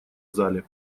зале